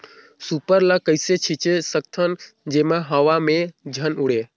Super ल कइसे छीचे सकथन जेमा हवा मे झन उड़े?